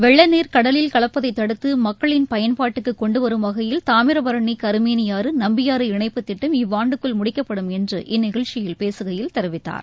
வெள்ளநீர் கடலில் கலப்பதைத் தடுத்து மக்களின் பயன்பாட்டுக்கு கொண்டு வரும் வகையில் தாமிரபரணி கருமேனியாறு நம்பியாறு இணைப்புத் திட்டம் இவ்வாண்டுக்குள் முடிக்கப்படும் என்று இந்நிகழ்ச்சியில் பேசுகையில் தெரிவித்தார்